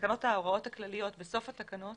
בתקנות ההוראות הכלליות, בסוף התקנות